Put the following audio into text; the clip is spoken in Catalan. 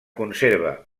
conserva